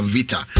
Vita